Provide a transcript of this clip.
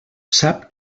sap